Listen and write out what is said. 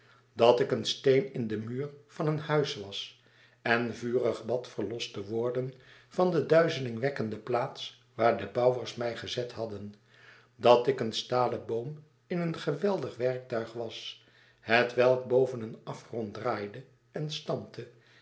dat ik een steen in den muur van een huis was en vurig bad verlost te worden van de duizelingwekkende plaats waar de bouwers mij gezet hadden dat ik een stalen boom in een geweldig werktuig was hetwelk boven een afgrond draaide en stampte